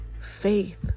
faith